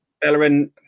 Bellerin